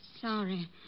sorry